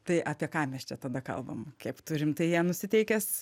tai apie ką mes čia tada kalbam kaip tu rimtai ją nusiteikęs